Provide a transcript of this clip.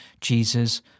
Jesus